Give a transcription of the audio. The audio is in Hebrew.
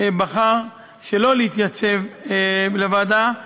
בחר שלא להתייצב בוועדה,